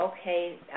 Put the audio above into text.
okay